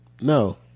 No